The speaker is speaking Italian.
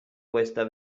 questa